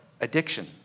Addiction